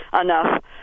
enough